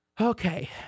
Okay